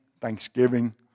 thanksgiving